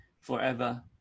forever